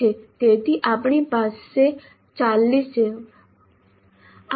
તેથી આપણી પાસે 8x5 40 છે વત્તા 10 50 ગુણ